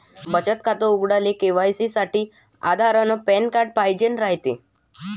बचत खातं उघडाले के.वाय.सी साठी आधार अन पॅन कार्ड पाइजेन रायते